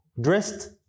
dressed